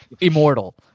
immortal